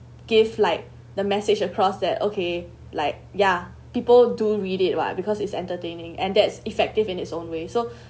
give like the message across that okay like ya people do read it what because it's entertaining and that's effective in its own way so